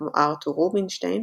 כמו ארתור רובינשטיין,